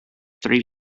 three